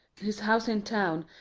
is house in town,